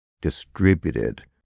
distributed